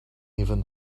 even